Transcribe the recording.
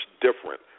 different